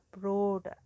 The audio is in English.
broad